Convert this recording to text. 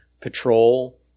patrol